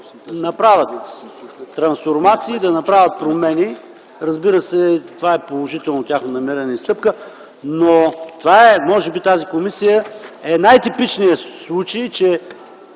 направят трансформации, да направят промени. Разбира се, това е положително тяхно намерение и стъпка. Но може би тази комисия е най-типичният случай, че